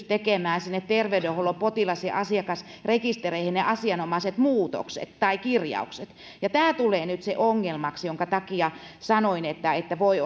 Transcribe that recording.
tekemään terveydenhuollon potilas ja asiakasrekistereihin ne asianomaiset muutokset tai kirjaukset ja tämä tulee nyt ongelmaksi minkä takia sanoin että työllistyminen voi